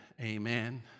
amen